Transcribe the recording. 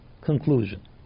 conclusion